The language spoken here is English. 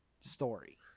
story